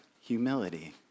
Humility